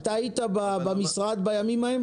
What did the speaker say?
אתה היית במשרד בימים ההם?